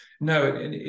no